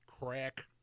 crack